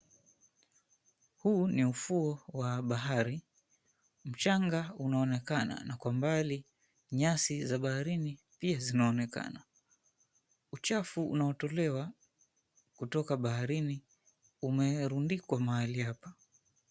Huu ni ufuo wa bahari mchanga unaonekana na kwa mbali nyasi za baharini pia zinaonekana, uchafu unaotolea kutoka baharini umerundikwa mahali hapa.